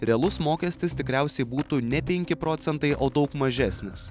realus mokestis tikriausiai būtų ne penki procentai o daug mažesnis